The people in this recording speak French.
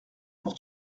pour